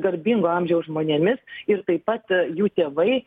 garbingo amžiaus žmonėmis ir taip pat jų tėvai